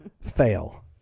Fail